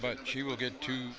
but she will get to